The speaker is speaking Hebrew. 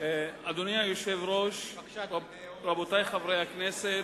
אדוני היושב-ראש, רבותי חברי הכנסת,